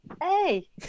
Hey